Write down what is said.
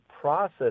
process